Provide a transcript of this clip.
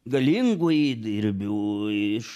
galingu įdirbiu iš